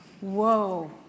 whoa